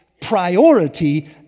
priority